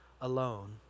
alone